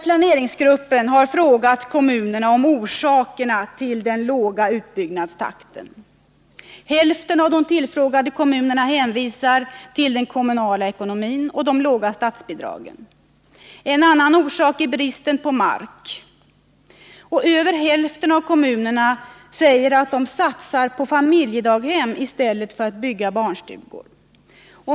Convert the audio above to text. Planeringsgruppen har frågat kommunerna om orsakerna till den låga utbyggnadstakten. Hälften av de tillfrågade kommunerna hänvisar till den kommunala ekonomin och de låga statsbidragen. En annan orsak är bristen på mark. Över hälften av kommunerna säger att de satsat på familjedaghem i stället för att bygga barnstugor.